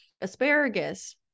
Asparagus